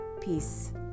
Peace